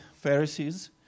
Pharisees